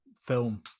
film